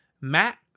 Matt